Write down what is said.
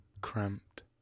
Cramped